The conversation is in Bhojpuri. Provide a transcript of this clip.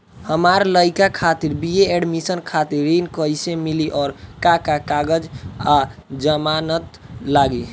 हमार लइका खातिर बी.ए एडमिशन खातिर ऋण कइसे मिली और का का कागज आ जमानत लागी?